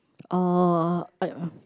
uh I uh